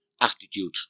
attitude